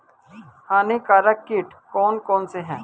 हानिकारक कीट कौन कौन से हैं?